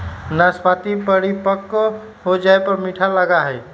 नाशपतीया परिपक्व हो जाये पर मीठा लगा हई